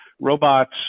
robots